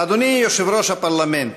אדוני יושב-ראש הפרלמנט,